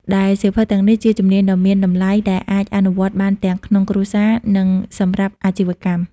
ដែលសៀវភៅទាំងនេះជាជំនាញដ៏មានតម្លៃដែលអាចអនុវត្តបានទាំងក្នុងគ្រួសារ និងសម្រាប់អាជីវកម្ម។